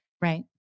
right